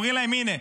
אומרים להם: הינה,